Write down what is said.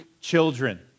children